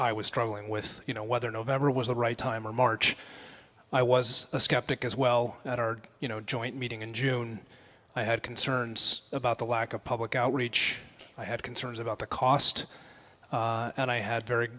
i was struggling with you know whether november was the right time or march i was a skeptic as well you know joint meeting in june i had concerns about the lack of public outreach i had concerns about the cost and i had very